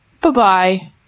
Bye-bye